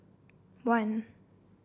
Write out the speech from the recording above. one